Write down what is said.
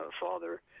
Father